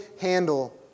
handle